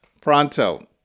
pronto